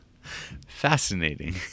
Fascinating